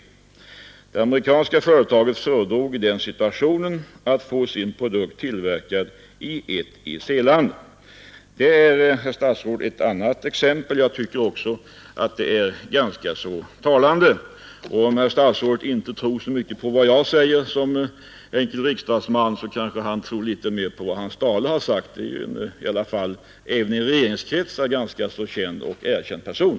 Det amerikanska företaget föredrog i den situationen att få sin produkt tillverkad i ett EEC-land.” Detta är, herr statsråd, ett annat exempel, och jag tycker att det är ganska talande. Om herr statsrådet inte tror så mycket på vad jag säger som enkel riksdagsman, kanske han tror litet mera på vad Hans Stahle har sagt; det är i alla fall en även i regeringskretsar ganska känd och erkänd person.